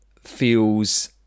feels